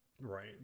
Right